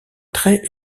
trait